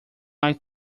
like